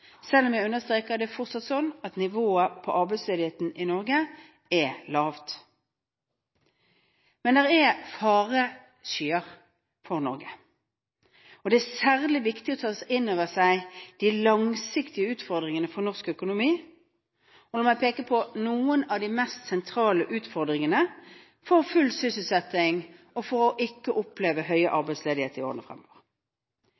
selv om jeg understreker at det fortsatt er sånn at nivået på arbeidsledigheten i Norge er lavt. Men det er fareskyer for Norge. Det er særlig viktig å ta inn over seg de langsiktige utfordringene for norsk økonomi når man peker på noen av de mest sentrale utfordringene for full sysselsetting og for ikke å oppleve høy